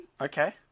okay